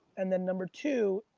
and then number two,